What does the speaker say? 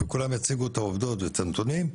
כולם יציגו את העובדות ואת הנתונים,